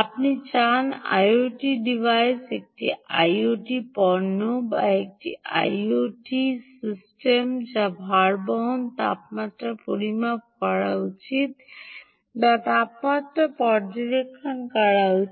আপনি চান IoT device একটি আইওটি পণ্য বা একটি আইওটি সিস্টেম যার ভারবহন তাপমাত্রা পরিমাপ করা উচিত বা তাপমাত্রা পর্যবেক্ষণ করা উচিত